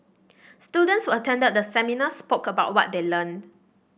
students who attended the seminar spoke about what they learned